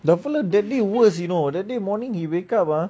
the feller that day worse you know that day morning he wake up ah